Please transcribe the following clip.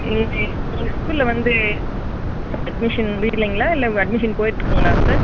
இங்கே ஸ்கூலில் வந்து அட்மிஷன் முடியலங்களா இல்லை அட்மிஷன் போய்கிட்ருக்குங்களா சார்